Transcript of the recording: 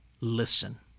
listen